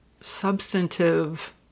substantive